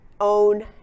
own